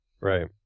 Right